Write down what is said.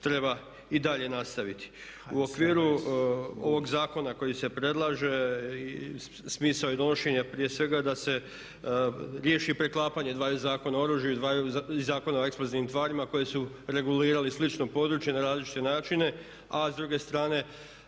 treba i dalje nastaviti. U okviru ovog zakona koji se predlaže i smisao je donošenja prije svega da se riješi preklapanje dvaju zakona, Zakona o oružju i Zakona o eksplozivnim tvarima koji su regulirali slično područje na različite načine, a s druge strane